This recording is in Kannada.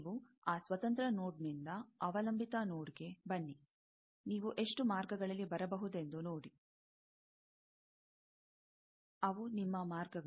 ನೀವು ಆ ಸ್ವತಂತ್ರ ನೋಡ್ನಿಂದ ಅವಲಂಬಿತ ನೋಡ್ಗೆ ಬನ್ನಿ ನೀವು ಎಷ್ಟು ಮಾರ್ಗಗಳಲ್ಲಿ ಬರಬಹುದೆಂದು ನೋಡಿ ಅವು ನಿಮ್ಮ ಮಾರ್ಗಗಳು